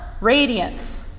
radiance